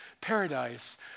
Paradise